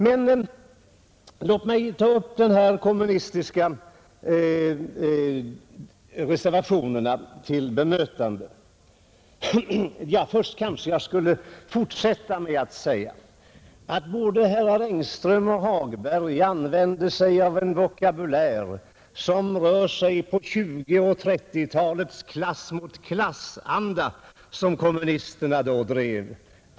Innan jag tar upp de kommunistiska reservationerna till bemötande skulle jag vilja fortsätta med att säga att både herrar Engström och Hagberg använder sig av en vokabulär, som rör sig med 1920 och 1930-talens klass-mot-klass-anda som kommunisterna då drev.